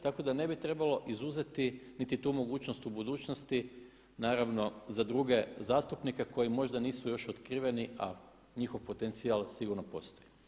Tako da ne bi trebalo izuzeti niti tu mogućnost u budućnosti naravno za druge zastupnike koji možda nisu još otkriveni a njihov potencijal sigurno postoji.